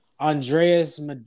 Andreas